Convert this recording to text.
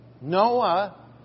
Noah